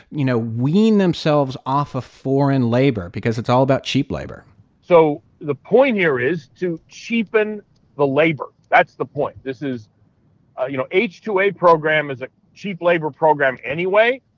you know, wean themselves off of foreign labor because it's all about cheap labor so the point here is to cheapen the labor. that's the point. this is ah you know, h two a program is a cheap labor program anyway.